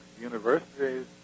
universities